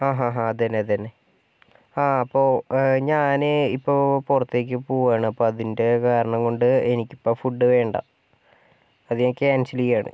ആഹാ ഹാ ഹാ അതു തന്നെ അതു തന്നെ ആ അപ്പോൾ ഞാൻ ഇപ്പോൾ പുറത്തേക്ക് പോകുകയാണ് അപ്പം അതിൻ്റെ കാരണം കൊണ്ട് എനിക്ക് ഇപ്പം ഫുഡ് വേണ്ട അത് ഞാൻ ക്യാൻസൽ ചെയ്യുകയാണ്